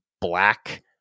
black